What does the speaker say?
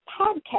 podcast